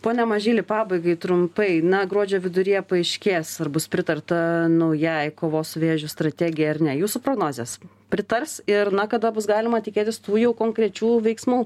pone mažyli pabaigai trumpai na gruodžio viduryje paaiškės ar bus pritarta naujai kovos su vėžiu strategijai ar ne jūsų prognozės pritars ir na kada bus galima tikėtis tų jau konkrečių veiksmų